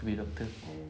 to be a doctor